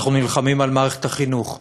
אנחנו נלחמים על מערכת החינוך,